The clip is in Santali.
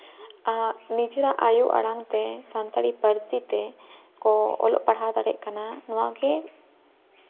ᱱᱤᱡᱮᱨᱟᱜ ᱟᱭᱳ ᱟᱲᱟᱝ ᱛᱮ ᱥᱟᱱᱛᱟᱲᱤ ᱯᱟᱹᱨᱥᱤ ᱛᱮᱠᱚ ᱚᱞᱚᱜ ᱯᱟᱲᱦᱟᱣ ᱫᱟᱲᱮᱭᱟᱜ ᱠᱟᱱᱟ ᱱᱚᱣᱟᱜᱮ